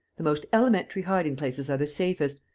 the most elementary hiding-places are the safest.